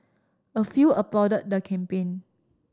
a few applaud the campaign